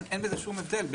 אין בזה שום הבדל.